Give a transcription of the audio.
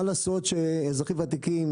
אזרחים ותיקים